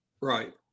Right